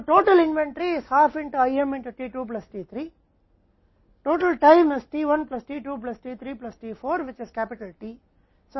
इसलिए कुल inventory IM में t 2 प्लस t 3 में आधी है कुल समय है t 1 plus t 2 plus t 3 plus t 4 जो T है तो औसत इन्वेंट्री इतनी है